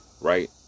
right